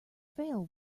fail